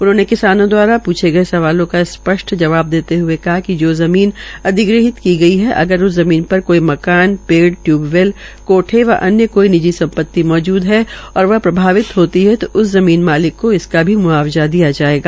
उन्होंने किसानों द्वारा प्रछे गए सवालों का स्पष्ट जवाब देते हुए कहा कि जो जमीन अधिग्रहण की गई है अगर उस जमीन पर कोई मकान पेड़ टयूबवैल कोठे व अन्य कोई निजी संपत्ति मौजूद है और वह प्रभावित होती है तो उस जमीन मालिक को इनका भी मुआवजा दिया जाएगा